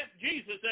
Jesus